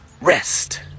Rest